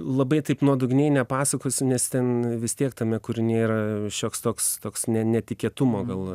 labai taip nuodugniai nepasakosiu nes ten vis tiek tame kūrinyje yra šioks toks toks ne netikėtumo gal